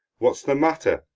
what's the matter,